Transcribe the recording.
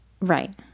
Right